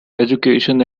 education